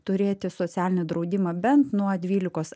turėti socialinį draudimą bent nuo dvylikos